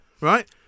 Right